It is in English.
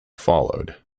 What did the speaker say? followed